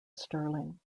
stirling